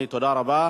תודה רבה.